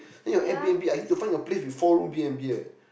then your air-b_n_b I need to find a place with four room B N B eh